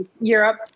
Europe